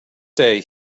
day